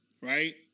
right